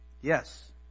Yes